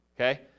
okay